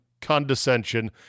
condescension